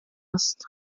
ist